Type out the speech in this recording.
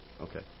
Okay